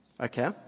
Okay